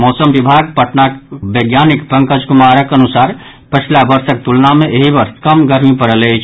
मैसम विभाग पटनाक वैज्ञानिक पंकज कुमारक अनुसार पछिला वर्षक तुलना मे एहि वर्ष कम गर्मी पड़ल अछि